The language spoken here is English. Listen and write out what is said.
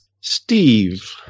Steve